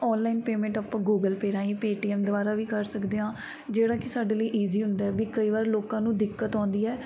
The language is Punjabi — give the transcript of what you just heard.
ਔਨਲਾਈਨ ਪੇਮੈਂਟ ਆਪਾਂ ਗੂਗਲ ਪੇ ਰਾਹੀਂ ਪੇਟੀਐੱਮ ਦੁਆਰਾ ਵੀ ਕਰ ਸਕਦੇ ਹਾਂ ਜਿਹੜਾ ਕਿ ਸਾਡੇ ਲਈ ਈਜੀ ਹੁੰਦਾ ਹੈ ਵੀ ਕਈ ਵਾਰ ਲੋਕਾਂ ਨੂੰ ਦਿੱਕਤ ਆਉਂਦੀ ਹੈ